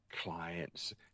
clients